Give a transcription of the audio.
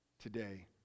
today